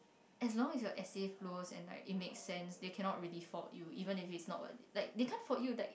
as long as your essay flows and like it makes sense they cannot really fault you even if it's not what they can't fault you like